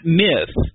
myth